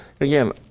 again